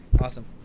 Awesome